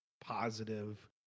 positive